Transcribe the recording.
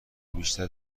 بیشتر